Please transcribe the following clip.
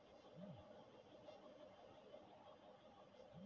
గోధుమ, వరి, barley, oats, rye మరియు మొక్కజొన్న అనేవి ముఖ్యమైన తృణధాన్యాల పంటలు